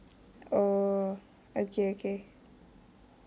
oh okay okay